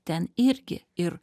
ten irgi ir